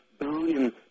billion